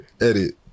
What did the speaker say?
Edit